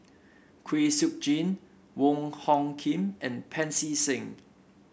Kwek Siew Jin Wong Hung Khim and Pancy Seng